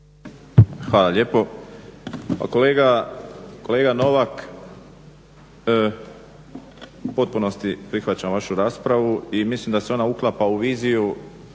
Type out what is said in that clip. Hvala lijepo. Pa kolega Novak u potpunosti prihvaćam vašu raspravu i mislim da se ona uklapa u viziju